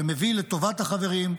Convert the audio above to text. שמביא לטובת החברים,